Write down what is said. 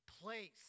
place